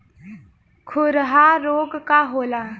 खुरहा रोग का होला?